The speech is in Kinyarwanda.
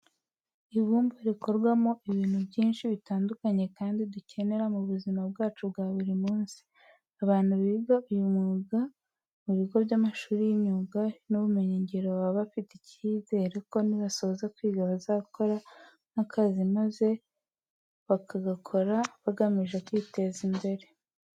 Ibumba rikorwamo ibintu byinshi bitandukanye kandi dukenera mu buzima bwacu bwa buri munsi. Abantu biga uyu mwuga mu bigo by'amashuri y'imyuga n'ubumenyingiro baba bafite icyizere ko nibasoza kwiga bazagakora nk'akazi maze bakagakora bagamije kwiteza imbere.